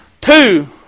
two